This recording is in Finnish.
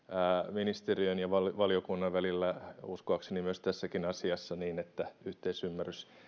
ministeriön ja valiokunnan välillä uskoakseni tässäkin asiassa niin että yhteisymmärrys